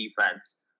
defense